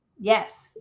yes